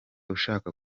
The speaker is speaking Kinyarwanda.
ushaka